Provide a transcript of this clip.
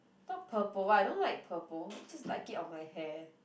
not purple I don't like purple I just like it on my hair